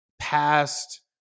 past